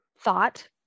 thought